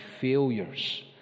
failures